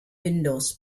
windows